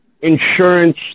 insurance